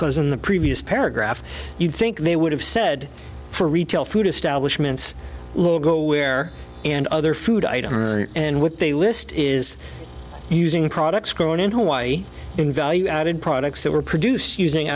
because in the previous paragraph you think they would have said for retail food establishments go where and other food items and what they list is using products grown in hawaii in value added products that were produced using